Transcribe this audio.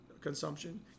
consumption